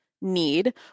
need